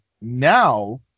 now